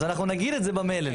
אז אנחנו נגיד את זה במלל,